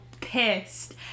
pissed